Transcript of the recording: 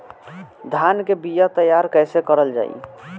धान के बीया तैयार कैसे करल जाई?